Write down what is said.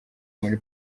muri